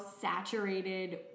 saturated